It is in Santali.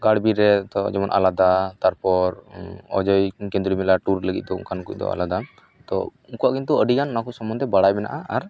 ᱜᱟᱲ ᱵᱤᱨ ᱨᱮᱫᱚ ᱡᱮᱢᱚᱱ ᱟᱞᱟᱫᱟ ᱛᱟᱨᱯᱚᱨ ᱚᱡᱚᱭ ᱠᱮᱱᱫᱨᱤ ᱢᱮᱞᱟ ᱴᱩᱨ ᱞᱟᱹᱜᱤᱫ ᱫᱚ ᱚᱱᱠᱟ ᱠᱚ ᱫᱚ ᱟᱞᱟᱫᱟ ᱛᱚ ᱩᱱᱠᱩᱣᱟᱜ ᱠᱤᱱᱛᱩ ᱟᱹᱰᱤ ᱜᱟᱱ ᱚᱱᱟᱠᱚ ᱥᱚᱢᱚᱱᱫᱷᱮ ᱵᱟᱲᱟᱭ ᱢᱮᱱᱟᱜᱼᱟ ᱟᱨ